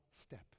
step